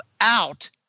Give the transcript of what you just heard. out